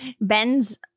ben's